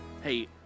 Hey